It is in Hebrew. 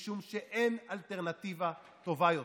משום שאין אלטרנטיבה טובה יותר,